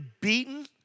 beaten